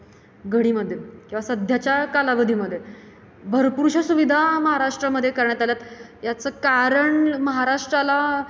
घडीमध्ये किंवा सध्याच्या कालावदीमध्ये भरपूरशा सुविधा महाराष्ट्रामध्ये करण्यात आल्यात याचं कारण महाराष्ट्राला